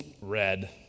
red